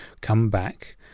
comeback